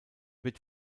wird